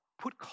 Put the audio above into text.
put